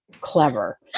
clever